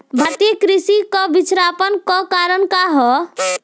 भारतीय कृषि क पिछड़ापन क कारण का ह?